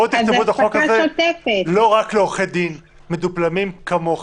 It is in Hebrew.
בואו תכתבו את החוק הזה לא רק לעורכי דין מדופלמים כמוכם